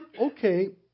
okay